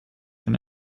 can